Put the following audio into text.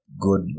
good